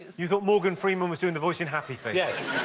you thought morgan freeman was doing the voice in happy feet. yes.